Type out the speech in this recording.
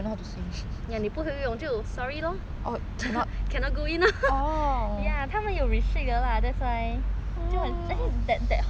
loh cannot go in loh ya 他们有 restrict lah that's why actually that that whole corner 全部都是被